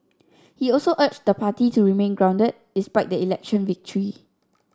he also urged the party to remain grounded despite the election victory